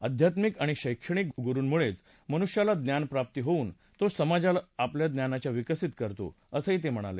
अध्यात्मिक आणि शैक्षणिक गुरुंमुळेच मनुष्याला ज्ञान प्राप्त होवून तो समाजाला आपल्या ज्ञानाने विकसित करतो असंही ते म्हणाले